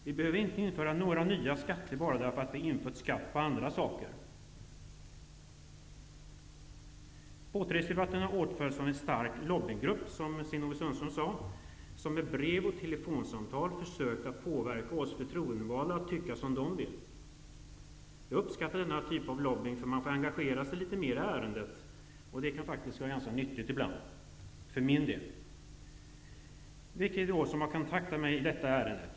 Vi behöver inte införa några nya skatter bara för att vi infört skatt på andra saker. Båtregisterdebatten har åtföljts av en stark lobbygrupp, som Sten-Ove Sundström sade. Den har med brev och telefonsamtal försökt påverka oss förtroendevalda att tycka som de vill. Jag uppskattar denna typ av lobbying, för man får engagera sig litet mer i ärendet. Det kan faktiskt vara ganska nyttigt ibland, för min del. Vilka har då kontaktat mig i detta ärende?